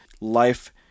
life